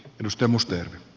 arvoisa puhemies